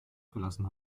verlassen